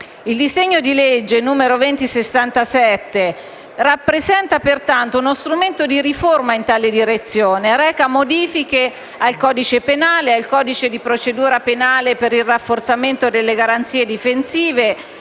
Il disegno di legge n. 2067 rappresenta pertanto uno strumento di riforma in tale direzione e reca modifiche al codice penale e al codice di procedura penale per il rafforzamento delle garanzie difensive